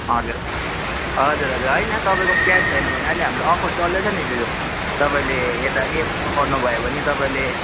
हजुर हजुर हजुर होइन तपाईँकोमा क्यास छैन भने अहिले हाम्रो अफर चल्दैछ नि दाजु यो तपाईँले यता इएमआईमा गर्नु भयो भने तपाईँले